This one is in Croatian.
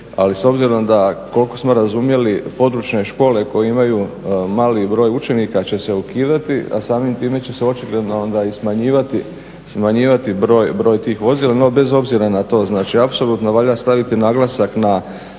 ali s obzirom da koliko smo razumjeli područne škole koje imaju mali broj učenika će se ukidati a samim time će se očigledno onda i smanjivati broj tih vozila. No bez obzira na to znači apsolutno valja staviti naglasak na